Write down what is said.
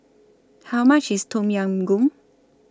How much IS Tom Yam Goong